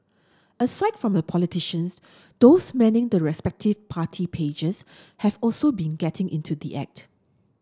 aside from the politicians those manning the respective party pages have also been getting into the act